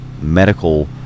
medical